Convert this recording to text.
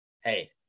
hey